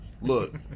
Look